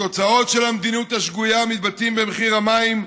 התוצאות של המדיניות השגויה מתבטאות במחיר המים,